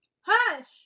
hush